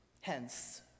hence